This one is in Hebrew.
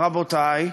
רבותי,